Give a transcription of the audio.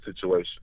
situation